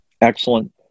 excellent